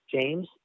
James